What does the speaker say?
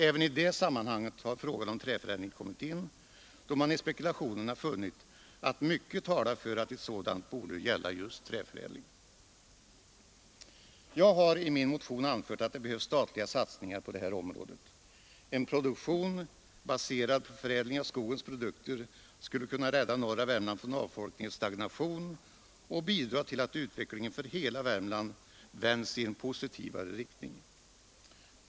Även i detta sammanhang har frågan om träförädling kommit in, då man i spekulationerna funnit att mycket talar för att ett eventuellt industriprojekt borde gälla just träförädling. Jag har i min motion anfört att det behövs statliga satsningar på det här området. En produktion baserad på förädling av skogens produkter skulle kunna rädda norra Värmland från avfolkning och stagnation och bidra till att utvecklingen för hela Värmland vänds i en positivare riktning.